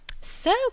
So